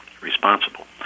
responsible